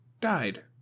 died